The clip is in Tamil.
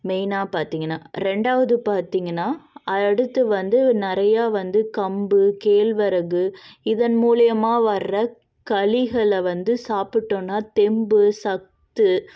மெய்னாக பார்த்தீங்கன்னா ரெண்டாவது பார்த்தீங்கன்னா அடுத்து வந்து நிறைய வந்து கம்பு கேழ்வரகு இதன் மூலிமா வர்ற களிகளை வந்து சாப்பிட்டுட்டோன்னா தெம்பு சத்து